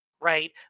right